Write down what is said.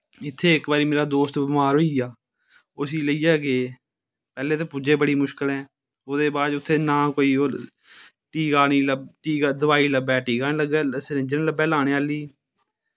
इत्थें इक बारी मेरा दोस्त बमार होइया उसी लेइयै गे पैह्लें ते पुज्जे बड़ी मुश्कलैं ओह्दे बाद च उत्थें ना कोई ओह् टीका दवाई लब्भै टीका नी लग्गै सरिंज नी लब्भै लाने आह्ली